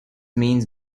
means